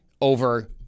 over